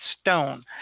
stone